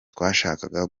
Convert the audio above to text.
twashakaga